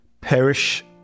Perish